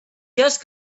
just